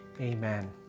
amen